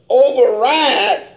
override